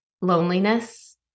loneliness